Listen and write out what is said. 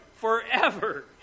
forever